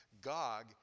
Gog